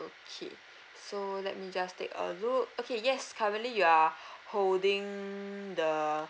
okay so let me just take a look okay yes currently you are holding the